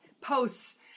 posts